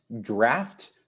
draft